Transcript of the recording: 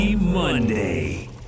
Monday